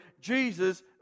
Jesus